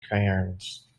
cairns